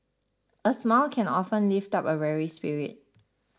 a smile can often lift up a weary spirit